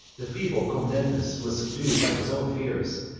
the feeble comnenus was subdued by his own fears,